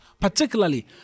particularly